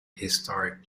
historic